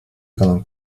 kalan